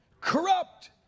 Corrupt